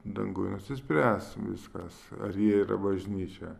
danguj nusispręs viskas ar jie yra bažnyčia